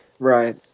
Right